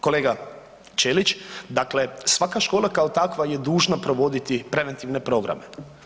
Kolega Ćelić, dakle svaka škola kao takva je dužna provoditi preventivne programe.